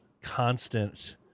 constant